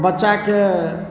बच्चाके